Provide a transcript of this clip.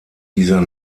dieser